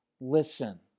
Listen